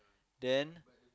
then